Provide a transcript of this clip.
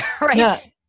Right